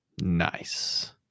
nice